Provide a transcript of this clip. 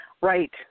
Right